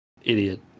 idiot